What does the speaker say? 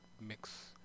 mix